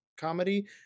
comedy